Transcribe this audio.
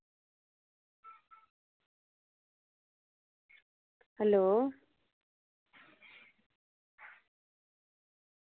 hello